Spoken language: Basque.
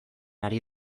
ari